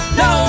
no